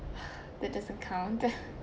that doesn't count